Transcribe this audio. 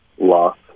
loss